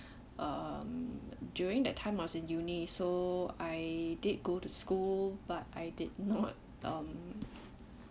um during that time I was in uni so I did go to school but I did not um